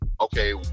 okay